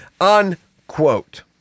unquote